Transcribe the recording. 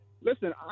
listen